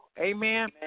Amen